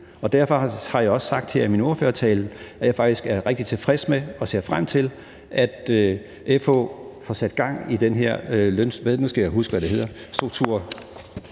Derfor har jeg også sagt her i min ordførertale, at jeg faktisk er rigtig tilfreds med og ser frem til, at FH får sat gang i den her, og nu skal jeg huske, hvad det hedder, Lønstrukturkomité,